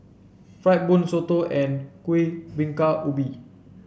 fried bun soto and Kuih Bingka Ubi